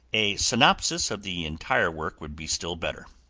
a synposis of the entire work would be still better.